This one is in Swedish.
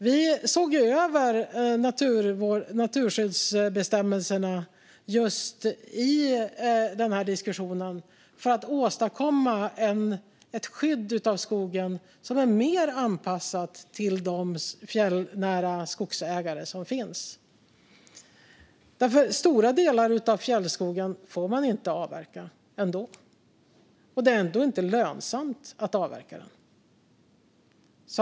Vi såg över naturskyddsbestämmelserna i diskussionen för att åstadkomma ett skydd av skogen som är mer anpassat till de fjällnära skogsägarna. Stora delar av fjällskogen får man ju ändå inte avverka, och det är inte lönsamt att avverka den.